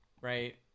Right